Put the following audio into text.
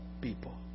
people